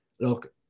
look